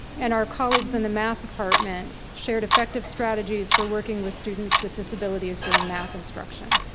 and our colleagues in the math department shared effective strategies for working with students with disabilities during math instruction.